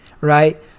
right